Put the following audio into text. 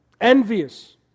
envious